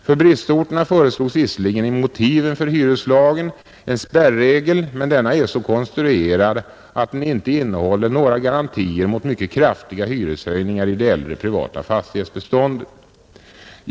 På bristorterna föreslogs visserligen i motiven för hyreslagen en spärregel, men denna är så konstruerad att den inte innehåller några garantier mot mycket kraftiga hyreshöjningar i det äldre privata fastighetsbeståndet.